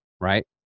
right